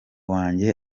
wanjye